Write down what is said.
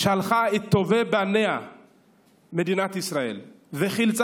שלחה מדינת ישראל את טובי בניה וחילצה